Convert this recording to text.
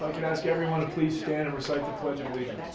could ask everyone to please stand and recite the pledge of